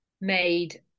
made